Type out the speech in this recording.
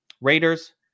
Raiders